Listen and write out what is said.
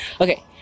Okay